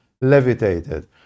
levitated